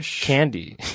candy